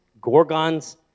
gorgons